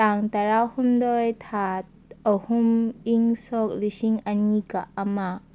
ꯇꯥꯡ ꯇꯔꯥ ꯍꯨꯝꯗꯣꯏ ꯊꯥ ꯑꯍꯨꯝ ꯏꯪ ꯁꯣꯛ ꯂꯤꯁꯤꯡ ꯑꯅꯤꯒ ꯑꯃ